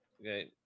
Okay